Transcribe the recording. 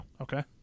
Okay